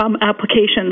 applications